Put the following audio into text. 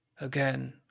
Again